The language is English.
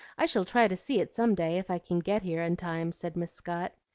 i shall try to see it some day if i can get here in time, said miss scott.